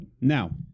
Now